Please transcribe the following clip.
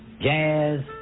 Jazz